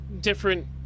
different